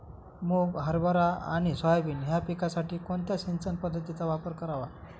मुग, हरभरा आणि सोयाबीन या पिकासाठी कोणत्या सिंचन पद्धतीचा वापर करावा?